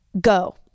go